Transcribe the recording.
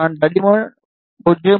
நான் தடிமன் 0